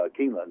Keeneland